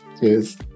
Cheers